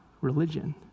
religion